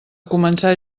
començar